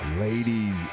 Ladies